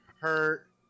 hurt